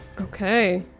Okay